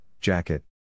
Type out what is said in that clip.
jacket